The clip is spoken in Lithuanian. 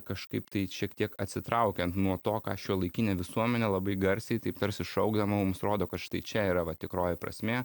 kažkaip tai šiek tiek atsitraukiant nuo to ką šiuolaikinė visuomenė labai garsiai taip tarsi šaukdama mums rodo kad štai čia yra va tikroji prasmė